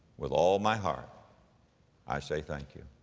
with all my heart i say thank you.